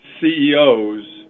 CEOs